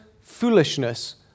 foolishness